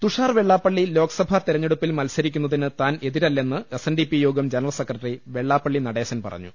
തുഷാർ വെള്ളാപ്പള്ളി ലോക്സഭാ തെരഞ്ഞെടുപ്പിൽ മത്സരി ക്കുന്നതിന് താൻ എതിരല്ലെന്ന് S N D P Yogam general secretary Vellappally Natesan പറഞ്ഞു